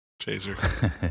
Chaser